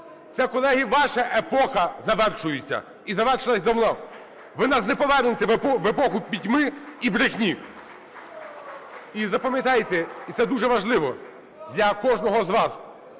Це, колеги, ваша епоха завершується і завершилась давно. Ви нас не повернете в епоху пітьми і брехні. І запам'ятайте, і це дуже важливо для кожного з вас,